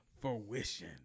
fruition